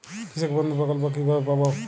কৃষকবন্ধু প্রকল্প কিভাবে পাব?